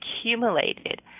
accumulated